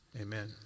Amen